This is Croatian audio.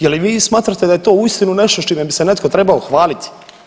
Je li vi smatrate da je to uistinu nešto s čime bi se netko trebao hvaliti?